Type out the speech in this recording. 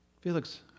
Felix